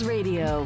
Radio